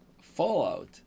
Fallout